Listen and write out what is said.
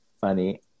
funny